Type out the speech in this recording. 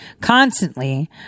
constantly